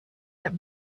that